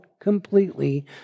completely